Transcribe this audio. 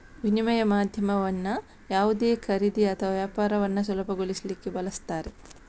ವಿನಿಮಯ ಮಾಧ್ಯಮವನ್ನ ಯಾವುದೇ ಖರೀದಿ ಅಥವಾ ವ್ಯಾಪಾರವನ್ನ ಸುಲಭಗೊಳಿಸ್ಲಿಕ್ಕೆ ಬಳಸ್ತಾರೆ